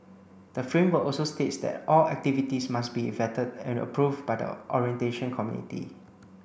the framework also states that all activities must be vetted and approved by the orientation committee